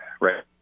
right